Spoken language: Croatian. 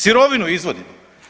Sirovinu izvozimo.